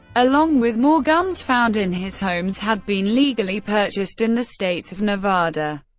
along with more guns found in his homes, had been legally purchased in the states of nevada,